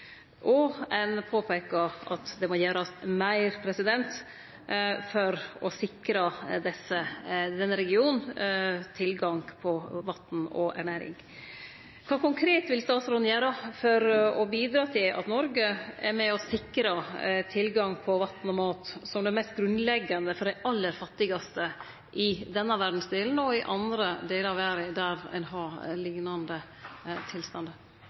og ein påpeikar at det må gjerast meir for å sikre denne regionen tilgang på vatn og ernæring. Kva konkret vil statsråden gjere for å bidra til at Noreg er med og sikrar tilgang på vatn og mat som det mest grunnleggjande for dei aller fattigaste i denne verdsdelen og i andre delar av verda der ein har liknande